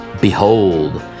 behold